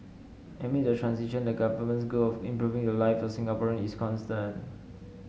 amid the transition the Government's goal of improving the lives of Singaporean is constant